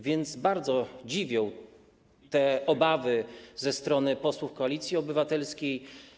Więc bardzo dziwią te obawy ze strony posłów Koalicji Obywatelskiej.